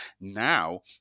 Now